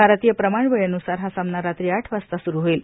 भारतीय प्रमाण वेळेन्सार हा सामना रात्री आठ वाजता स्रू होईल